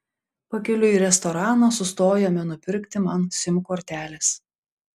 pakeliui į restoraną sustojome nupirkti man sim kortelės